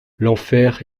l’enfer